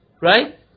right